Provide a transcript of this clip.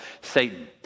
Satan